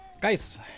guys